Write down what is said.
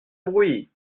bruit